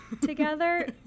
together